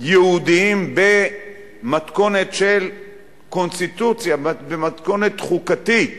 יהודיים במתכונת של קונסטיטוציה, במתכונת חוקתית